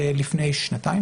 לפני שנתיים,